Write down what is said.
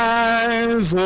eyes